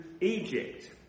Egypt